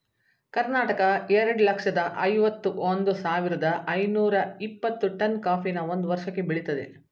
ಕರ್ನಾಟಕ ಎರಡ್ ಲಕ್ಷ್ದ ಐವತ್ ಒಂದ್ ಸಾವಿರ್ದ ಐನೂರ ಇಪ್ಪತ್ತು ಟನ್ ಕಾಫಿನ ಒಂದ್ ವರ್ಷಕ್ಕೆ ಬೆಳಿತದೆ